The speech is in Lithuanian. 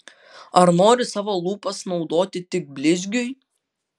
ar nori savo lūpas naudoti tik blizgiui